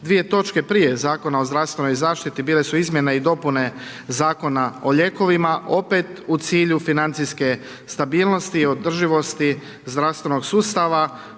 Dvije točke prije Zakona o zdravstvenoj zaštiti bile su izmjene i dopune Zakona o lijekovima opet u cilju financijske stabilnosti, održivosti zdravstvenog sustava